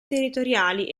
territoriali